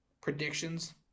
predictions